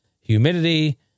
humidity